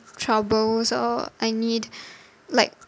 troubles or I need like